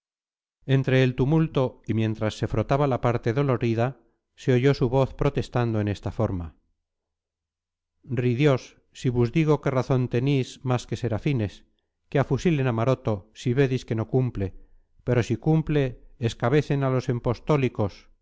entre el tumulto y mientras se frotaba la parte dolorida se oyó su voz protestando en esta forma ridiós si vus digo que razón tenís más que serafines que afusilen a maroto si vedis que no cumple pero si cumple escabecen a los